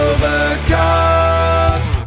Overcast